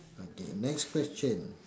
okay next question